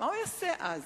מה הוא יעשה אז?